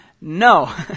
No